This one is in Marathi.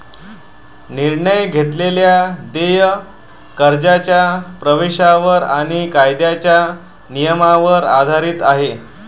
निर्णय घेतलेले देय कर्जाच्या प्रवेशावर आणि कायद्याच्या नियमांवर आधारित आहे